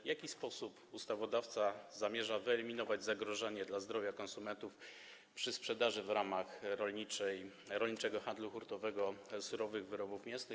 W jaki sposób ustawodawca zamierza wyeliminować zagrożenie dla zdrowia konsumentów przy sprzedaży w ramach rolniczego handlu hurtowego surowych wyrobów mięsnych?